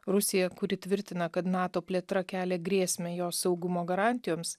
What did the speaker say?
rusija kuri tvirtina kad nato plėtra kelia grėsmę jos saugumo garantijoms